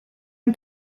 een